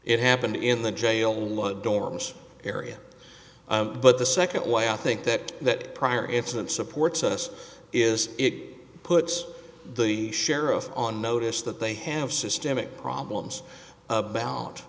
it happened in the jail law dormice area but the second way i think that that prior incident supports us is it puts the sheriff on notice that they have systemic problems about